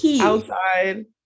outside